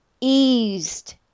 eased